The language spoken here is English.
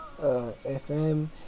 FM